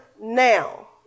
now